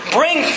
bring